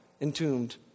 entombed